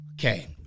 Okay